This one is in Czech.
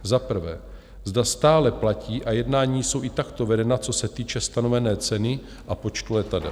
Za prvé, zda stále platí, a jednání jsou i takto vedena, co se týče stanovené ceny a počtu letadel?